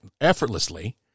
effortlessly